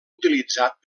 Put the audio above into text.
utilitzat